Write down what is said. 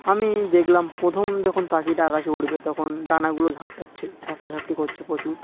আমি দেখলাম প্রথম যখন পাখিটা আকাশে উঠবে তখন ডানাগুলো ঝাপটাচ্ছে ঝাপটাঝাপটি করছে প্রচুর